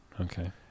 Okay